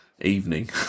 evening